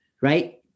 right